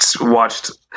Watched